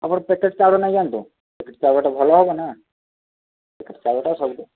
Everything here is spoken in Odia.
ଆପଣ ପ୍ୟାକେଟ୍ ଚାଉଳ ନେଇଯାଆନ୍ତୁ ପ୍ୟାକେଟ୍ ଚାଉଳଟା ଭଲ ହେବନା ପ୍ୟାକେଟ୍ ଚାଉଳଟା ସବୁଠୁ